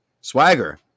Swagger